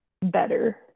better